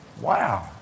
Wow